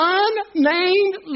unnamed